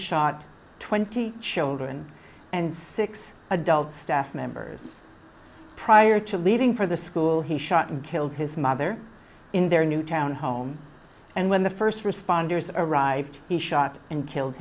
shot twenty children and six adult staff members prior to leaving for the school he shot and killed his mother in their newtown home and when the first responders arrived he shot and killed